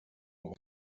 auf